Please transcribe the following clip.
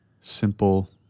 simple